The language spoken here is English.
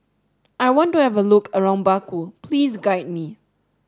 I want to have a look around Baku please guide me